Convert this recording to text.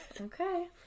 Okay